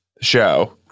show